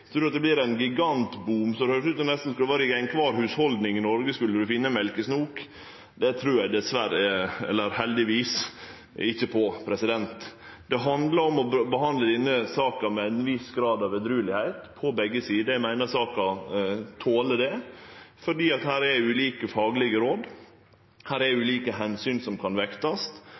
eg marknaden er nokså avgrensa. Nokon trur at det var titusenvis av reptil som vart innførte til Noreg ulovleg, at det vert ein gigantboom – det høyrest ut som ein i nesten alle hushalda i Noreg ville ein finne melkesnok. Det trur eg heldigvis ikkje på. Det handlar om å behandle denne saka edrueleg frå begge sider. Eg meiner saka toler det, for her er det ulike faglege råd, her er det ulike omsyn som kan vektast.